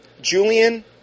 Julian